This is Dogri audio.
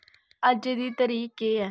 अज्जै दी तरीक केह् ऐ